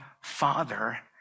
father